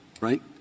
right